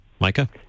Micah